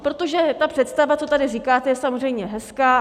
Protože ta představa, co tady říkáte, je samozřejmě hezká.